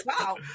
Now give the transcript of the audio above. Wow